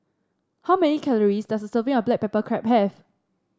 how many calories does a serving of Black Pepper Crab have